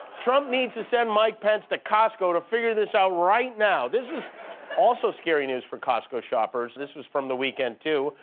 trump needs to send mike pence to costco to figure this out right now. this is also scary news for costco shoppers. this was from the weekend too.